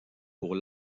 pour